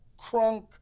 crunk